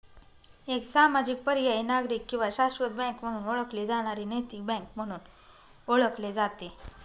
एक सामाजिक पर्यायी नागरिक किंवा शाश्वत बँक म्हणून ओळखली जाणारी नैतिक बँक म्हणून ओळखले जाते